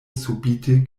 subite